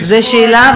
זו שאלה,